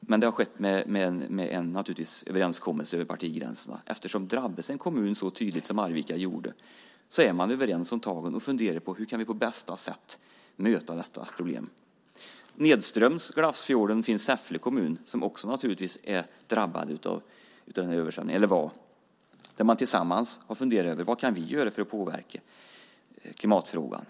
Naturligtvis har det skett en överenskommelse över partigränserna. När en kommun drabbas så tydligt som Arvika är man överens och funderar över hur man på bästa sätt kan möta problemet. Nedströms i Glafsfjorden ligger Säffle kommun som naturligtvis också drabbades av översvämningen. Där har man tillsammans funderat över hur man kan göra för att påverka klimatfrågan.